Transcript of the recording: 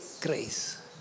grace